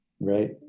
Right